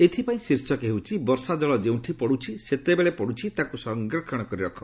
ଏଥିପାଇଁ ଶୀର୍ଷକ ହେଉଛି 'ବର୍ଷାଜଳ ଯେଉଁଠି ପଡୁଛି ଯେତେବେଳେ ପଡୁଛି ତାକୁ ସଂରକ୍ଷଣ କରି ରଖ'